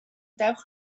dewch